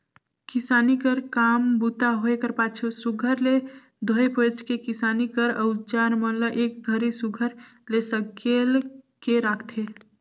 किसानी कर काम बूता होए कर पाछू सुग्घर ले धोए पोएछ के किसानी कर अउजार मन ल एक घरी सुघर ले सकेल के राखथे